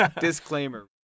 Disclaimer